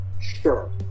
sure